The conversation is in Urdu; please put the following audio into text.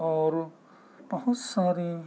اور بہت ساری